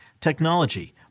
technology